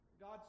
God